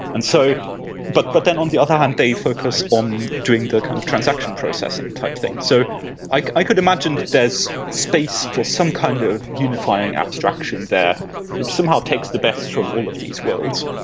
and so but but then, on the other hand, they focus on doing the kind of transaction processing type thing. so i i could imagine there's space for some kind of unifying abstraction there which somehow takes the best from all of these worlds,